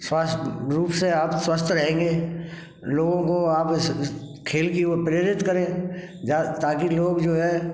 स्वास्थ्य रूप से आप स्वस्थ रहेंगे लोगों को आप खेल की ओर प्रेरित करें ताकि लोग जो है